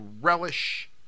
relish